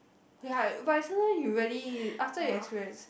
ya but sometimes you really after you experience